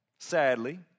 Sadly